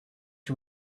you